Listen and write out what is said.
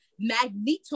Magneto